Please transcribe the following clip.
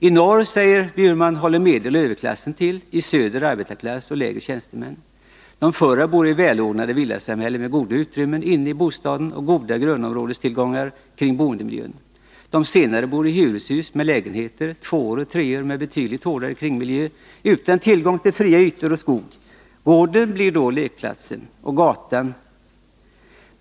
I norr, säger Eva Lis Bjurman, håller medeloch överklass till och i söder arbetarklass och lägre tjänstemän. De förra bor i välordnade villasamhällen med goda utrymmen inne i bostaden och goda grönområdestillgångar kring boendemiljön. De senare bor i hyreshus med lägenheter på 2 eller 3 rum och med en betydligt hårdare kringmiljö utan tillgång till fria ytor och skog. Gården och gatan blir då lekplatsen.